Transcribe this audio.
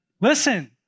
listen